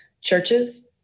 churches